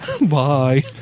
Bye